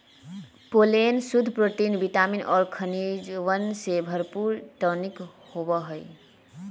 pollen शुद्ध protein vitamin और खनिजवन से भरपूर टॉनिक होबा हई